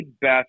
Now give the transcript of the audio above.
best